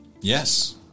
yes